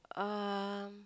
um